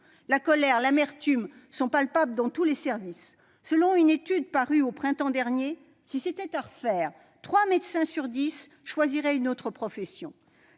La colère, l'amertume sont palpables dans tous les services. Selon une étude parue au printemps dernier, si c'était à refaire, trois médecins sur dix choisiraient une autre profession.